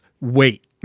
wait